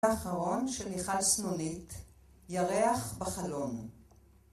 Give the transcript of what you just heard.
האחרון של מיכל סנונית, ירח בחלון